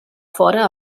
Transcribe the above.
fora